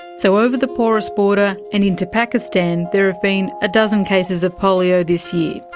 so over the porous border and into pakistan there have been a dozen cases of polio this year.